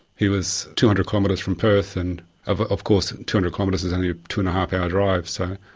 he was two hundred kilometres from perth, and of of course two hundred kilometres is only a two and a half hour drive, so,